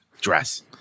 dress